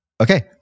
Okay